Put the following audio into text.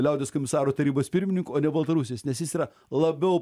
liaudies komisarų tarybos pirmininku o ne baltarusis nes jis yra labiau